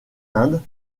inde